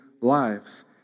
lives